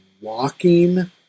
walking